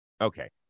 Okay